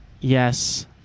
Yes